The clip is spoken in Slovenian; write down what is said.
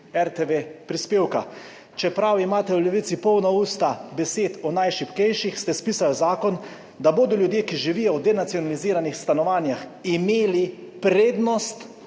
RTV prispevka. Čeprav imate v Levici polna usta besed o najšibkejših, ste spisali zakon, da bodo ljudje, ki živijo v denacionaliziranih stanovanjih, imeli prednost